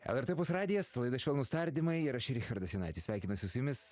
lrt opus radijas laida švelnūs tardymai ir aš richardas jonaitis sveikinuosi su jumis